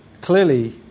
Clearly